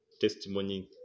testimony